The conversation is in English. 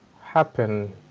happen